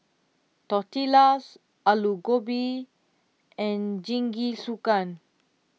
Tortillas Alu Gobi and Jingisukan